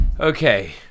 Okay